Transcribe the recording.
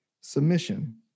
submission